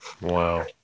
Wow